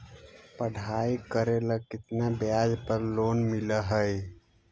पढाई करेला केतना ब्याज पर लोन मिल हइ?